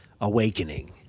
awakening